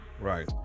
Right